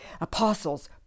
Apostles